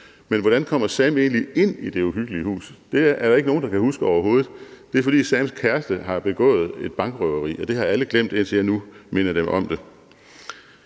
Men hvordan kommer Sam egentlig ind i det uhyggelige hus? Det er der ikke nogen der kan huske overhovedet. Det er, fordi Sam's kæreste har begået et bankrøveri, og det har alle glemt, indtil jeg nu minder dem om det.